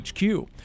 HQ